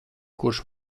kurš